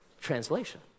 translation